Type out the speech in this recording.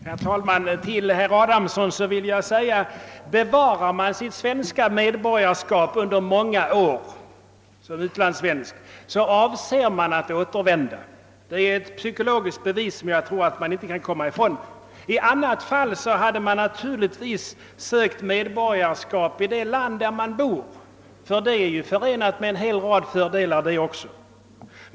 Herr talman! Till herr Adamsson vill jag säga att om man bevarar sitt svenska medborgarskap under många år som utlandssvensk, avser man att återvända. Det är ett psykologiskt bevis som man inte kan komma ifrån. I annat fall hade man naturligtvis sökt medborgarskap i det land där man bor, ty ett sådant är också förenat med en hel del fördelar.